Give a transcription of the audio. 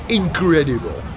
incredible